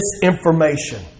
misinformation